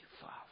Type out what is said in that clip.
Father